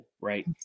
right